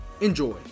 Enjoy